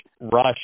Rush